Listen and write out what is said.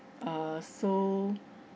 err so